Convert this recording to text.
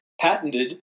patented